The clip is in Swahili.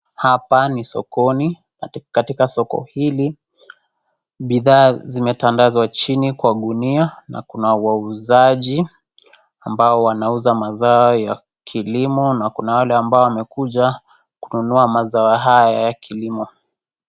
Hapa ni sokoni na katika soko hili bidhaa zimetandazwa chini kwa gunia na kuna wauzaji ambao wanauza mazao ya kilimo na kuna wale ambao wamekuja kununua mazao haya ya kilimo